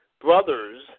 brothers